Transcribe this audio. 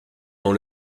dans